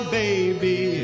baby